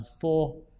four